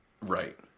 Right